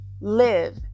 live